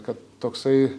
kad toksai